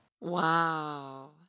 Wow